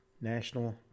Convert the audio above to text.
National